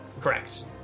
correct